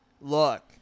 Look